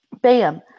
bam